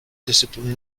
discipline